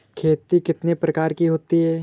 खेती कितने प्रकार की होती है?